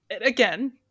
again